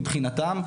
מבחינתם,